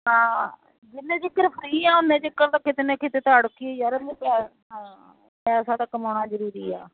ਹਾਂ ਜਿੰਨੇ ਤੱਕ ਫਰੀ ਹਾਂ ਉੱਨੇ ਤੱਕ ਤਾਂ ਕਿਤੇ ਨਾ ਕਿਤੇ ਤਾਂ ਅੜਕੀਏ ਯਾਰ ਸਾਡਾ ਕਮਾਉਣਾ ਜ਼ਰੂਰੀ ਆ ਹਾਂ